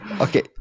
Okay